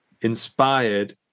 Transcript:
inspired